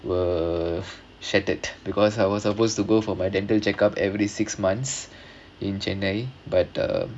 were shattered because I was supposed to go for my dental check up every six months in january but uh